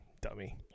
dummy